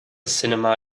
cinema